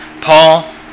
Paul